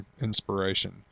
inspiration